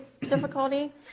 difficulty